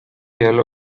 yellow